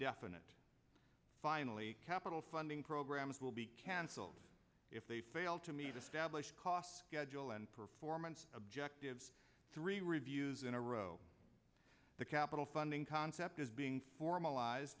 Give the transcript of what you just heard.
definite finally capital funding programs will be cancelled if they fail to meet established costs will and performance objectives three reviews in a row the capital funding concept is being formalized